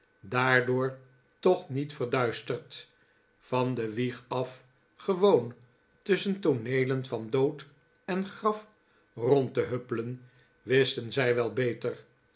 daardoor toch niet verduisterd van de wieg af gewoon tusschen tooneelen van dood en graf rond te huppelen wisten zij wel beter